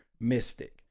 Mystic